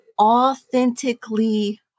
authentically